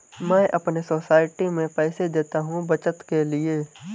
मैं अपने सोसाइटी में पैसे देता हूं बचत के लिए